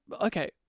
okay